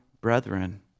brethren